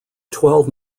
twelve